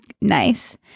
nice